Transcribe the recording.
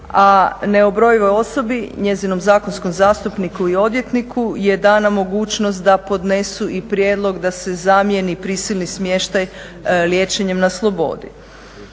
a neubrojivoj osobi, njezinom zakonskom zastupniku i odvjetniku je dana mogućnost da podnesu i prijedlog da se zamijeni prisilni smještaj liječenjem na slobodi.